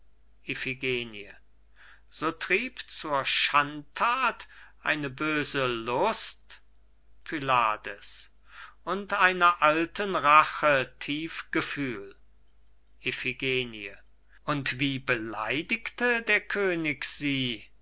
so trieb zur schandthat eine böse lust pylades und einer alten rache tief gefühl iphigenie und wie beleidigte der könig sie